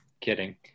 Kidding